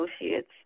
Associates